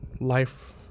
life